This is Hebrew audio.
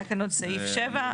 היה כאן עוד סעיף 7,